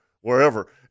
wherever